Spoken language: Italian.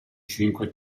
cinque